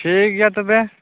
ᱴᱷᱤᱠᱜᱮᱭᱟ ᱛᱚᱵᱮ